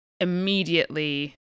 immediately